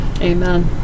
amen